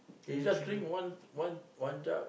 they just drink one one one jug